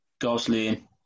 Gosling